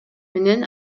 менен